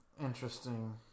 interesting